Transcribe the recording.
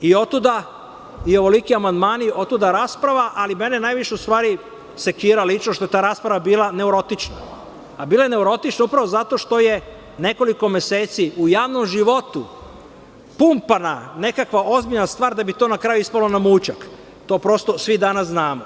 i otuda i ovoliki amandmani i rasprava, ali mene najviše ustvari sekira što je ta rasprava bila neurotična, a bila je neurotična zato što je upravo u nekoliko meseci u javnom životu pumpana nekakva ozbiljna stvar da bi to na kraju ispalo na mućak i to prosto danas svi znamo.